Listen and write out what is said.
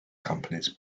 companies